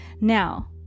Now